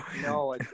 No